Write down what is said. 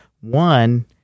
one